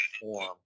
form